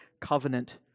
covenant